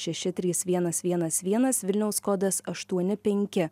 šeši trys vienas vienas vienas vilniaus kodas aštuoni penki